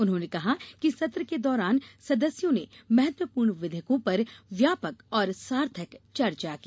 उन्होंने कहा कि सत्र के दौरान सदस्यों ने महत्वपूर्ण विधेयकों पर व्यापक और सार्थक चर्चा की